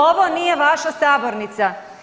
Ovo nije vaša sabornica.